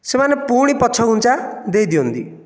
ସେମାନେ ପୁଣି ପଛଘୁଞ୍ଚା ଦେଇଦିଅନ୍ତି